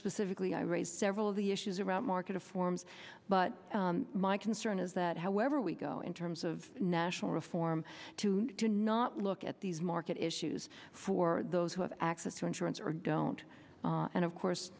specifically i raised several of the issues around marketed forms but my concern is that however we go in terms of national reform to do not look at these market issues for those who have access to insurance or don't and of